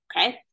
Okay